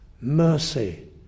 Mercy